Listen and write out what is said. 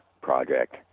project